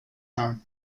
time